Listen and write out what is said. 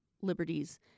liberties